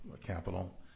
capital